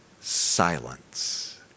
silence